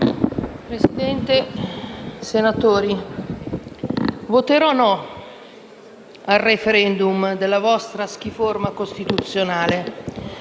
Presidente, signori senatori, voterò «no» al *referendum* della vostra "schiforma" costituzionale.